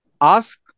ask